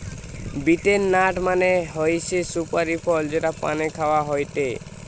betel nut মানে হৈসে সুপারি ফল যেটা পানে খাওয়া হয়টে